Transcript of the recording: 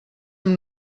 amb